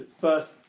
first